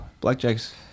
blackjack's